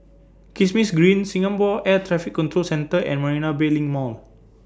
Kismis Green Singapore Air Traffic Control Centre and Marina Bay LINK Mall